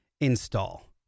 install